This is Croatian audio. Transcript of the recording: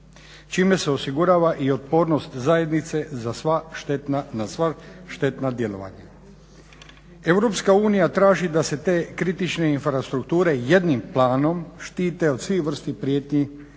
Čime se osigurava i otpornost zajednice za sva štetna, na sva štetna djelovanja. Europska unija traži da se te kritične infrastrukture jednim planom štite od svih vrsti prijetnji